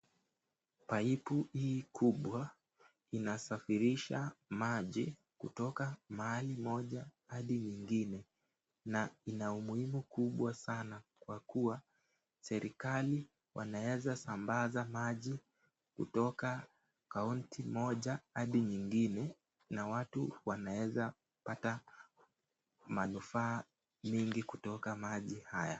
Paipu hii kubwa inasafirisha maji kutoka mahali moja hadi nyingine na ina umuhimu kubwa sana kwa kuwa serikali wanaweza sambaza maji kutoka kaunti moja hadi nyingine na watu wanaweza pata manufaa mengi kutoka maji haya.